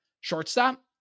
Shortstop